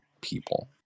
people